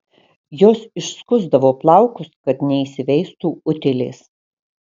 jos išskusdavo plaukus kad neįsiveistų utėlės